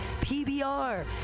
PBR